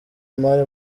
imari